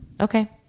Okay